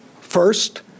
First